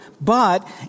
But